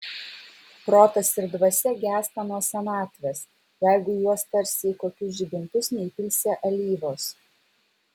protas ir dvasia gęsta nuo senatvės jeigu į juos tarsi į kokius žibintus neįpilsi alyvos